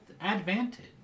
advantage